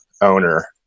owner